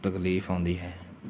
ਤਕਲੀਫ ਆਉਂਦੀ ਹੈ